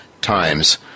TIMES